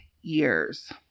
years